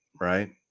right